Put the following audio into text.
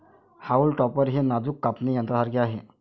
haulm topper हे नाजूक कापणी यंत्रासारखे आहे